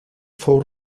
fou